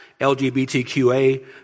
LGBTQA